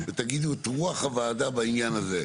ותגידו את רוח הוועדה בעניין הזה.